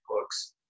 books